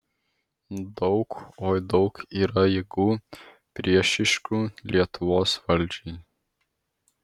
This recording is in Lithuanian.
daug oi daug yra jėgų priešiškų lietuvos valdžiai